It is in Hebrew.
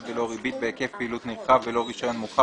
בלא ריבית בהיקף פעילות נרחב בלא רישיון מורחב,